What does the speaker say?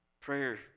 prayer